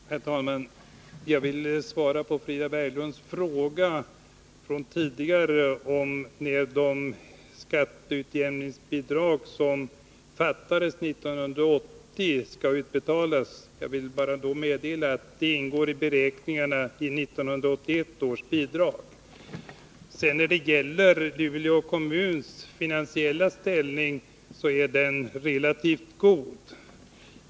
Herr talman! Jag vill först svara på Frida Berglunds fråga om när det skatteutjämningsbidrag som resterade för 1980 skall utbetalas och meddela att detta ingår i beräkningarna för 1981 års bidrag. När det sedan gäller Luleå kommuns finansiella ställning vill jag säga att denna är relativt god.